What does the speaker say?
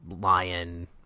Lion